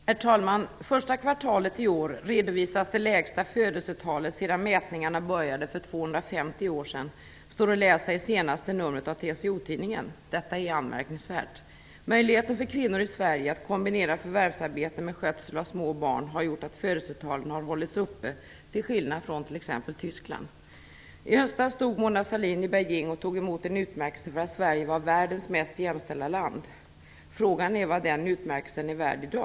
Herr talman! Första kvartalet i år redovisades det lägsta födelsetalet sedan mätningarna började för 250 år sedan. Det står att läsa i det senaste numret av TCO-Tidningen. Detta är anmärkningsvärt. Möjligheten för kvinnor i Sverige att kombinera förvärvsarbete med skötsel av små barn har gjort att födelsetalen hållits uppe till skillnad från hur det är i t.ex. Tyskland. I höstas tog Mona Sahlin i Beijing emot en utmärkelse därför att Sverige var världens mest jämställda land. Frågan är vad den utmärkelsen i dag är värd.